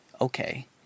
okay